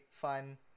fun